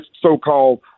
so-called